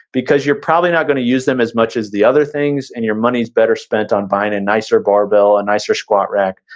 because you're probably not gonna use them as much as the other things and your money is better spent on buying a nicer barbell, a nicer squat rack,